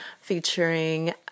featuring